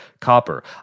copper